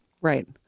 Right